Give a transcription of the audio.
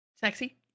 sexy